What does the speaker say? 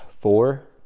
four